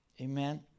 Amen